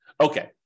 Okay